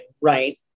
right